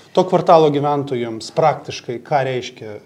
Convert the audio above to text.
to kvartalo gyventojams praktiškai ką reiškia